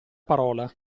parola